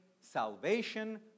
salvation